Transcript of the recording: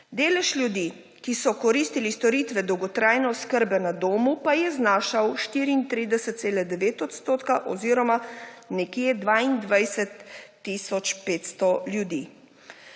Delež ljudi, ki so koristili storitve dolgotrajne oskrbe na domu, pa je znašal 34,9 % oziroma nekje 22.500 ljudi.